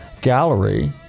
Gallery